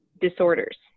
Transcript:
disorders